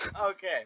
okay